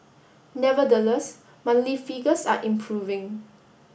nevertheless monthly figures are improving